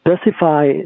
specify